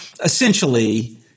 essentially